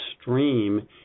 stream